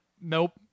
nope